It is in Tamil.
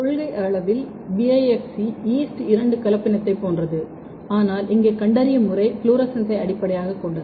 கொள்கையளவில் BiFC ஈஸ்ட் இரண்டு கலப்பினத்தைப் போன்றது ஆனால் இங்கே கண்டறியும் முறை ஃப்ளோரசன்ஸை அடிப்படையாகக் கொண்டது